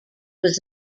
was